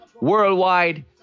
worldwide